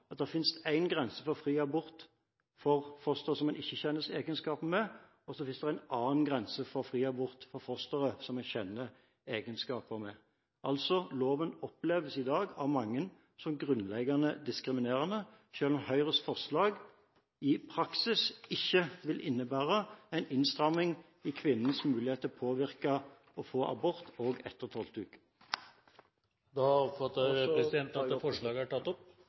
at det finnes en grense for fri abort for fostere som en ikke kjenner egenskaper ved, og en annen grense for fri abort for fostere som en kjenner egenskaper ved. Loven oppleves i dag av mange som grunnleggende diskriminerende, selv om Høyres forslag i praksis ikke vil innebære en innstramming i kvinnens muligheter til å påvirke og få abort også etter 12. uke. Representanten Bent Høie har tatt opp